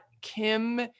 Kim